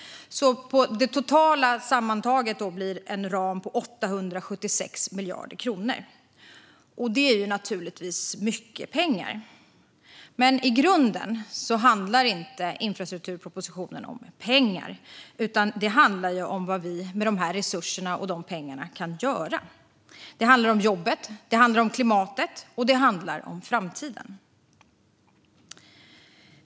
Sammantaget blir det en ram på 876 miljarder kronor. Det är naturligtvis mycket pengar, men i grunden handlar infrastrukturpropositionen inte om pengar utan om vad vi kan göra med dessa resurser och pengar. Det handlar om jobben, klimatet och framtiden.